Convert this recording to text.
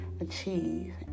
achieve